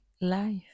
life